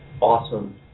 awesome